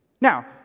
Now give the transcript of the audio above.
Now